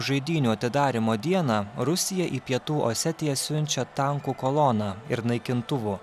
žaidynių atidarymo dieną rusija į pietų osetiją siunčia tankų koloną ir naikintuvų